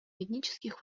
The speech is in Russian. этнических